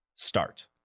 start